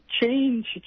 change